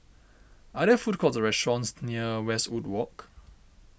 are there food courts or restaurants near Westwood Walk